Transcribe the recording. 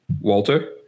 Walter